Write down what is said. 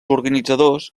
organitzadors